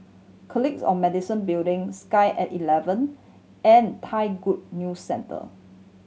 Colleagues of Medicine Building Sky At Eleven and Thai Good New Center